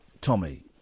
Tommy